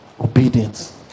Obedience